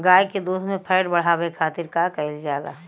गाय के दूध में फैट बढ़ावे खातिर का कइल जाला?